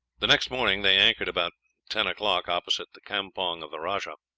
the next morning they anchored about ten o'clock opposite the campong of the rajah.